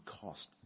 cost